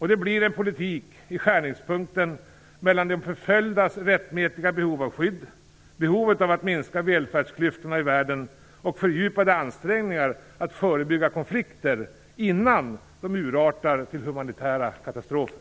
Det blir en politik i skärningspunkten mellan de förföljdas rättmätiga behov av skydd, behovet av att minska välfärdsklyftorna i världen och fördjupade ansträngningar att förebygga konflikter innan de urartar i humanitära katastrofer.